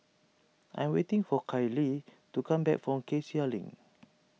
I am waiting for Kyler to come back from Cassia Link